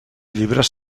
llibres